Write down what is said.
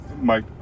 Mike